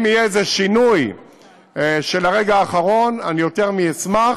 אם יהיה איזה שינוי של הרגע האחרון אני יותר מאשמח,